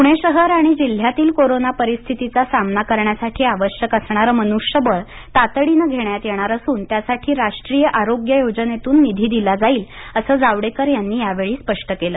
पुणे शहर आणि जिल्ह्यातील कोरोना परिस्थितीचा सामना करण्यासाठी आवश्यक असणारं मनुष्यबळ तातडीनं घेण्यात येणार असून त्यासाठी राष्ट्रीय आरोग्य योजनेतून निधी दिला जाईल असं जावडेकर यांनी यावेळी स्पष्ट केलं